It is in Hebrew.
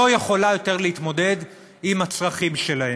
לא יכולה יותר להתמודד עם הצרכים שלהם.